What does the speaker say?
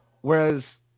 whereas